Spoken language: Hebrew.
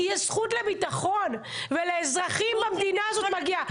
כי יש זכות לביטחון ולאזרחים במדינה הזאת מגיע.